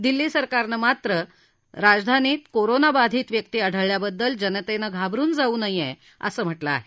दिल्ली सरकारनं मात्र राजधानीत कोरोनाबाधित व्यक्ती आढळल्याबद्दल जनतेनं घाबरुन जाऊ नये असं म्हाऊं आहे